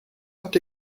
habt